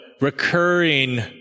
recurring